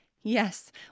Yes